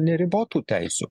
neribotų teisių